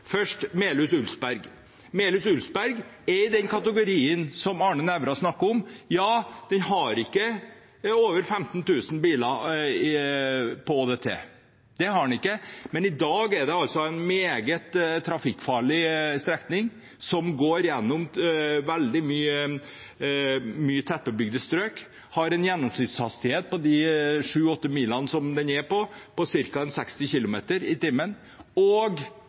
Først til Melhus–Ulsberg: Melhus–Ulsberg er i den kategorien som Arne Nævra snakker om. Ja, den har ikke en ÅDT på over 15 000 biler, men i dag er det en meget trafikkfarlig strekning, som går gjennom mange tettbebygde strøk og har en gjennomsnittshastighet i løpet av de sju–åtte milene på ca. 60 kilometer i timen. Statens vegvesen hadde et prosjekt med to- og